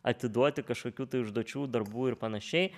atiduoti kažkokių tai užduočių darbų ir panašiai